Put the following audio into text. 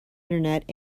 internet